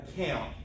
account